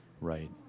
Right